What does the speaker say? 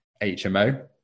HMO